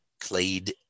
clade